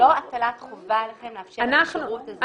זה לא הטלת חובה עליכם לאפשר את השירות הזה.